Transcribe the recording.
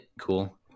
cool